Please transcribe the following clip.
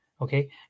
okay